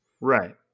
Right